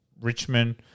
Richmond